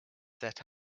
set